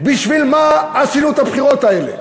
בשביל מה עשינו את הבחירות האלה?